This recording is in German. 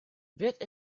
wird